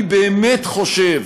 אני באמת חושב,